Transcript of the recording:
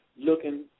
Looking